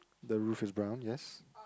the roof is brown yes